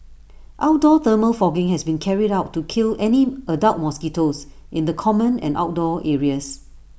outdoor thermal fogging has been carried out to kill any adult mosquitoes in the common and outdoor areas